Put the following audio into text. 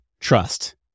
trust